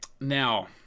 now